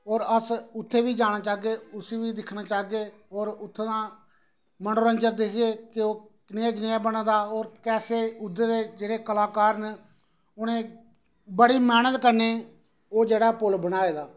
और अस उत्थै बी जाना चाह्गे उसी बी दिक्खना चाहगे और उत्थुू दा मनोरंजन दिखगे कि ओह् कनेहा कनेहा बना दा ते कैसे उत्थे दे जेहड़े कलाकार न उटनें बड़ी मेहनत कन्नै ओह् जेहड़ा पुल बनाए दा